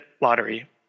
lottery